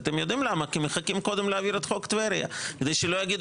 יודעים למה כי מחכים קודם להעביר את חוק טבריה כדי שלא יגידו